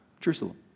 Jerusalem